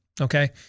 Okay